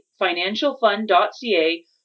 financialfund.ca